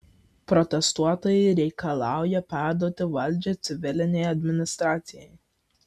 protestuotojai reikalauja perduoti valdžią civilinei administracijai